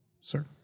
Sir